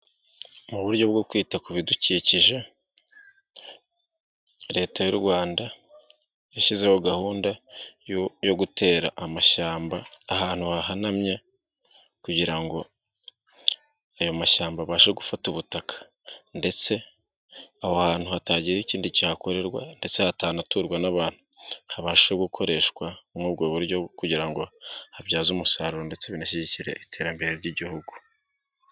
Mu buryo bwo kwita ku bidukije leta y'u Rwanda yashyizeho gahunda yo gutera amashyamba ahantu hahanamye kugira ngo ayo mashyamba abashe gufata ubutaka ndetse aho hantu hatagira ikindi cyahakorerwa ndetse hanaturwe n'abantu, habashe gukoreshwa nk'ubwo buryo kugira ngo habyaze umusaruro ndetse binashyigikire iterambere ry'igihugu.